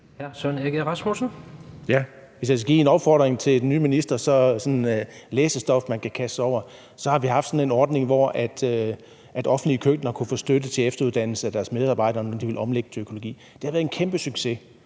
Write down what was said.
Søren Egge Rasmussen (EL): Hvis jeg skal komme med en opfordring til den nye minister med hensyn til læsestof, man kan kaste sig over, så kan jeg nævne, at vi har haft sådan en ordning, hvor offentlige køkkener kunne få støtte til efteruddannelse af deres medarbejdere, når de ville omlægge til økologi. Det har været en kæmpe succes.